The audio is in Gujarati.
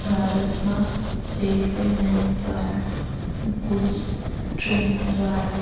ભારતમાં રેલવે લાઈન દ્વારા ગૂડ્સ ટ્રેન દ્વારા